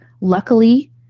luckily